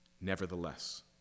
Nevertheless